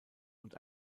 und